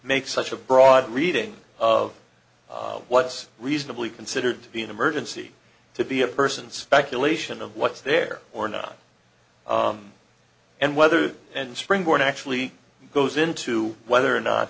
such a broad reading of what's reasonably considered to be an emergency to be a person speculation of what's there or not and whether and springboard actually goes into whether or not